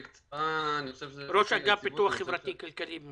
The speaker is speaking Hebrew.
המטרה שלו היא להאיץ את התהליכים כדי לסגור את